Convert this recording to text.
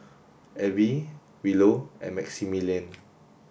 Abbey Willow and Maximilian